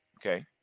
Okay